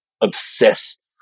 obsessed